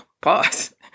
pause